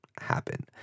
happen